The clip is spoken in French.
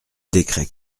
décrets